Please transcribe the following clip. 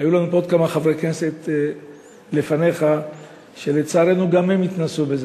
היו לנו פה עוד כמה חברי כנסת לפניך שלצערנו גם הם התנסו בזה.